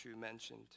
mentioned